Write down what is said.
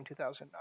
2009